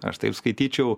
aš taip skaityčiau